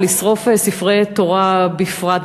ולשרוף ספרי תורה בפרט.